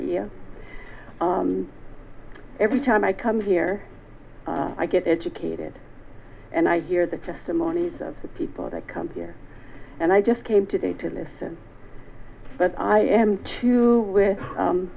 democracy every time i come here i get educated and i hear the testimonies of the people that come here and i just came today to listen but i am too with